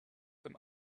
them